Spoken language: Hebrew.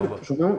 שומעים אותי?